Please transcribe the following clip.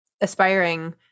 aspiring